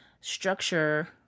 structure